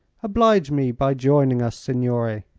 oblige me by joining us, signore.